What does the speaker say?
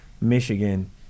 Michigan